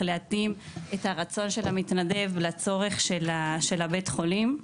להתאים את הרצון של המתנדב לצורך של בית החולים.